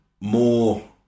more